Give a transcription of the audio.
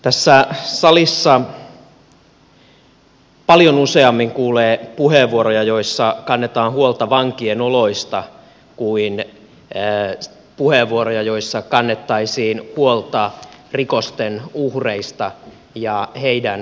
tässä salissa paljon useammin kuulee puheenvuoroja joissa kannetaan huolta vankien oloista kuin puheenvuoroja joissa kannettaisiin huolta rikosten uhreista ja heidän asemastaan